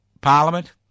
Parliament